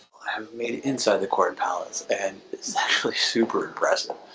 i have made it inside the corn palace and it's actually super impressive.